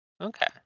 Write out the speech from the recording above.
Okay